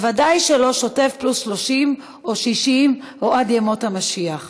וודאי שלא שוטף פלוס 30 או 60 או עד ימות המשיח.